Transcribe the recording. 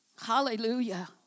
Hallelujah